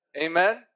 Amen